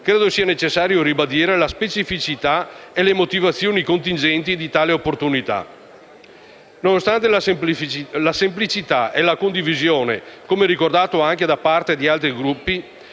credo sia necessario ribadire la specificità e le motivazioni contingenti di tale opportunità. Nonostante la semplicità e la condivisione del disegno di legge - come ricordato anche da parte di altri Gruppi